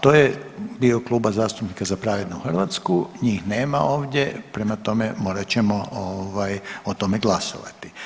To je bio Kluba zastupnika Za pravednu Hrvatska, njih nema ovdje, prema tome morat ćemo ovaj o tome glasovati.